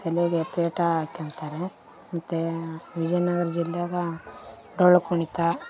ತಲೆಗೆ ಪೇಟ ಹಾಕೋತಾರೆ ಮತ್ತು ವಿಜಯನಗ್ರ ಜಿಲ್ಲೆಯಾಗ ಡೊಳ್ಳು ಕುಣಿತಾ